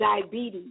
diabetes